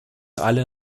alle